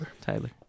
Tyler